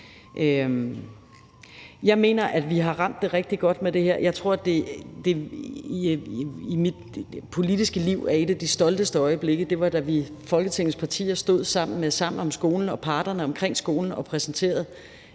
Jeg mener, at vi har ramt det rigtig godt med det her. I mit politiske liv er et af de stolteste øjeblikke, da vi, Folketingets partier, stod sammen om Sammen om skolen med parterne omkring skolen og præsenterede